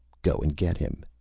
go and get him.